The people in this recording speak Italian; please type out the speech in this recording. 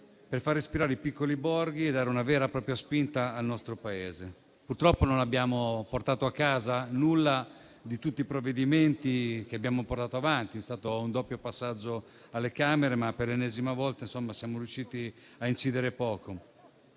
per far respirare i piccoli borghi e dare una vera e propria spinta al nostro Paese. Purtroppo non abbiamo portato a casa nulla di tutti i provvedimenti che abbiamo proposto. C'è stato un passaggio nelle due Camere, ma per l'ennesima volta siamo riusciti a incidere poco